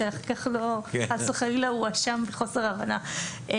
שאחר כך לא חס וחלילה אואשם בחוסר הבנה.